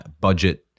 budget